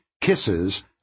Kisses